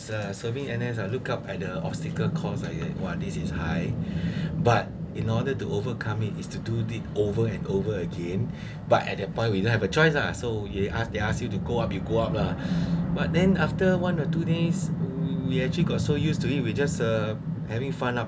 serving N_S I look up at the obstacle course !wah! these is high but in order to overcome it is to do the over and over again but at that point we don't have a choice lah so he ask they ask you to go up you go out lah but then after one or two days we actually got so used to it we just uh having fun up